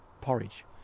porridge